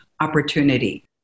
Opportunity